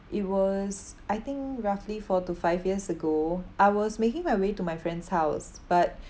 it was I think roughly four to five years ago I was making my way to my friend's house but